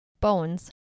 Bones